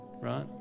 right